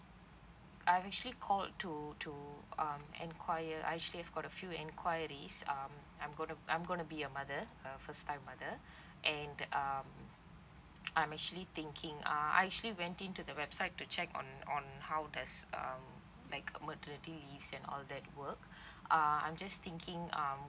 I'm actually called to to um enquire I've actually got a few enquiries um I'm gonna I'm gonna be a mother a first time other and um I'm actually thinking uh I actually went into the website to check on on how does um like maternity leave and all that work um I'm just thinking um